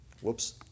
Whoops